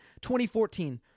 2014